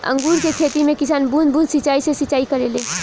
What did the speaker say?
अंगूर के खेती में किसान बूंद बूंद सिंचाई से सिंचाई करेले